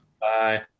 Bye